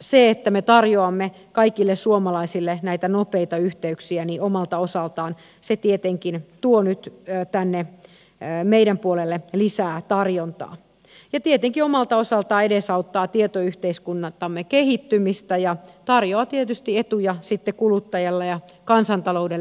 se että me tarjoamme kaikille suomalaisille näitä nopeita yhteyksiä omalta osaltaan tietenkin tuo nyt tänne meidän puolellemme lisää tarjontaa ja tietenkin omalta osaltaan edesauttaa tietoyhteiskuntamme kehittymistä ja tarjoaa tietysti etuja sitten kuluttajalle ja kansantaloudelle kokonaisuudessaan